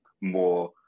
more